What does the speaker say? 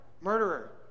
Murderer